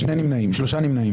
הצבעה לא אושרה.